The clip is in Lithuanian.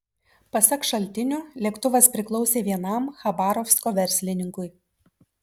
pasak šaltinių lėktuvas priklausė vienam chabarovsko verslininkui